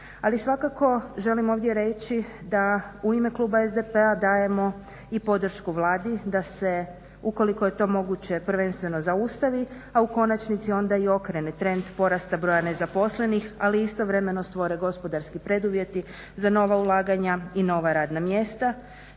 Ali svakako želim ovdje reći da u ime kluba SDP-a dajemo i podršku Vladi da se ukoliko je to moguće prvenstveno zaustavi, a u konačnici onda i okrene trend porasta broja nezaposlenih, ali istovremeno stvore gospodarski preduvjeti za nova ulaganja i nova radna mjesta.